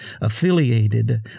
affiliated